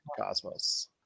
Cosmos